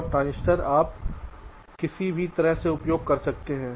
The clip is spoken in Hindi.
और ट्रांजिस्टर आप किसी भी तरह से उपयोग कर सकते हैं